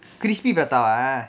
crispy prata வா:vaa